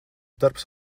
darbs